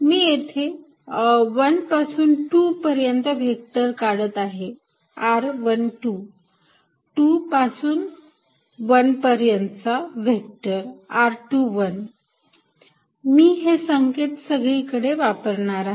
मी येथे १ पासून २ पर्यंत व्हेक्टर काढत आहे r१२ २ पासून १ पर्यंतचा व्हेक्टर r२१ मी हे संकेत सगळीकडे वापरणार आहे